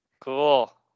Cool